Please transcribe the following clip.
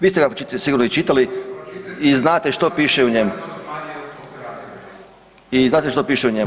Vi ste ga sigurno i čitali i znate što piše u njemu. … [[Upadica iz klupe se ne razumije]] I znate što piše u njemu.